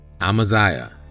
Amaziah